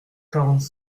quarante